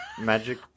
Magic